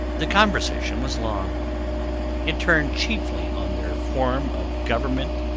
the conversation was long it turned chiefly on their form of government,